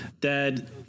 Dad